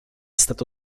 stato